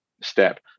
step